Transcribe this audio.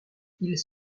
ils